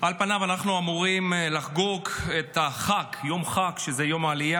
על פניו אנחנו אמורים לחגוג את החג, יום העלייה.